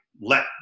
let